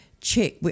check –